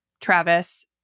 Travis